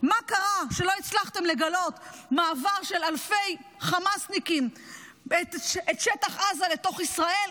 מה קרה שלא הצלחתם לגלות מעבר של אלפי חמאסניקים את שטח עזה לתוך ישראל.